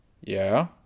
Yeah